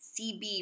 CB